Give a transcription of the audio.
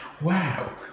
Wow